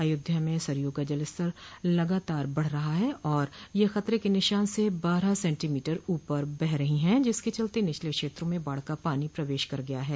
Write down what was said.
अयोध्या में सरयू का जलस्तर लगातार बढ़ रहा है और यह खतरे के निशान से बारह सेंटीमीटर ऊपर बह रही है जिसके कारण निचले क्षेत्रों में बाढ़ का पानी प्रवेश कर गया है